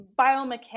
biomechanics